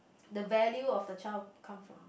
the value of the child come from